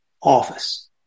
office